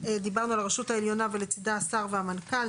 דיברנו על הרשות העליונה ולצדה השר והמנכ"ל.